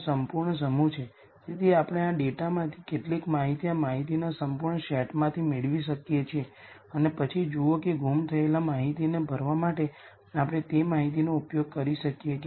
આમાંના કેટલાક પરિણામો નોન સિમેટ્રિક મેટ્રિક્સમાં પણ અનુવાદ કરે છે પરંતુ સિમેટ્રિક મેટ્રિક્સ માટે આ બધા પરિણામો છે જેનો આપણે ઉપયોગ કરી શકીએ છીએ